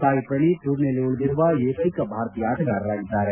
ಸಾಯಿ ಪ್ರಣೀತ್ ಟೂರ್ನಿಯಲ್ಲಿ ಉಳಿದಿರುವ ಏಕೈಕ ಭಾರತೀಯ ಆಟಗಾರರಾಗಿದ್ದಾರೆ